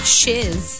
shiz